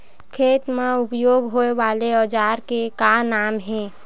खेत मा उपयोग होए वाले औजार के का नाम हे?